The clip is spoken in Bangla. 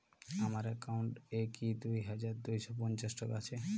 আমার অ্যাকাউন্ট এ কি দুই হাজার দুই শ পঞ্চাশ টাকা আছে?